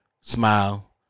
Smile